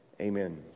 Amen